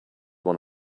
one